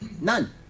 None